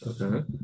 Okay